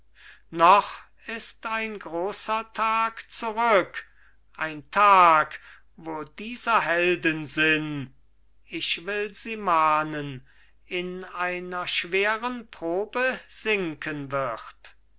noch ist ein großer tag zurück ein tag wo dieser heldensinn ich will sie mahnen in einer schweren probe sinken wird